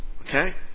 Okay